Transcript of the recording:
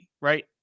Right